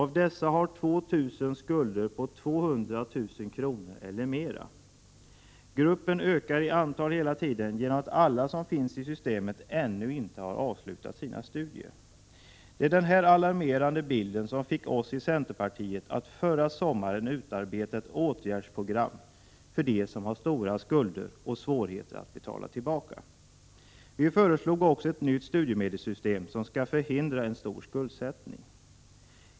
Av dessa har 2 000 skulder på 200 000 kr. eller mera. Gruppen ökar i antal hela tiden genom att alla som finns i systemet ännu inte har avslutat sina studier. Det var den här alarmerande bilden som fick oss i centerpartiet att förra sommaren utarbeta ett åtgärdsprogram för dem som har stora skulder och svårigheter att betala tillbaka. Vi föreslog också ett nytt studiemedelssystem som skall förhindra en stor skuldsättning.